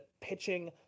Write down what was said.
pitching